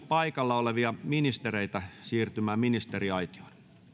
paikalla olevia ministereitä siirtymään ministeriaitioon